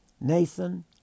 Nathan